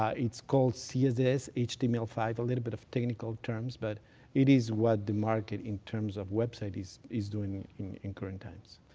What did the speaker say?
ah it's called css h t m l five, a little bit of technical terms, but it is what the market, in terms of web site, is is doing in in current times.